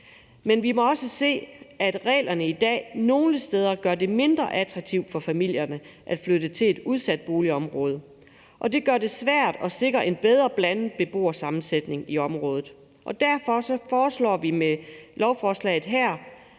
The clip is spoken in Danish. Men vi må også se, at reglerne i dag nogle steder gør det mindre attraktivt for familierne at flytte til et udsat boligområde, og det gør det svært at sikre en bedre blandet beboersammensætning i området, og derfor foreslår vi med lovforslaget her,